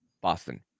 Boston